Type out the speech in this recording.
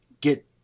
get